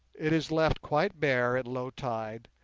it is left quite bare at low tide,